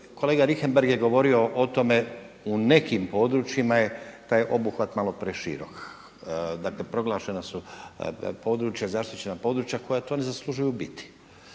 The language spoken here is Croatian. kolega Richembergh je govorio o tome u nekim područjima je taj obuhvat malo preširok. Dakle proglašena su područja, zaštićena područja koja to ne zaslužuju biti.